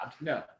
No